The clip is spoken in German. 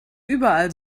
überall